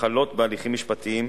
החלות בהליכים משפטיים,